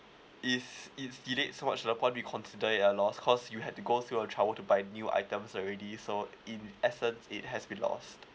if it's delayed so much to the point we consider it uh lost cause you had to go through a trouble to buy new items already so in essence it has been lost